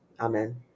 Amen